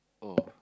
oh